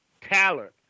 talent